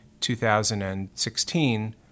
2016